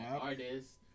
artists